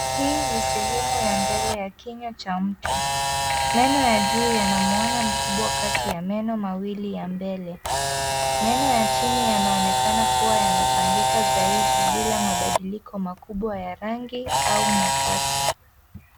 Hii ni sehemu ya mbele ya kinywa cha mtu. Meno ya juu yana mwanya mkubwa kati ya meno mawili ya mbele. Meno ya chini yanaonekana kuwa yamepangika zaidi bila mabadiliko makubwa ya rangi au nafasi.